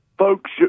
Folks